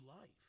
life